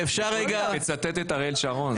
תצטט את אריאל שרון.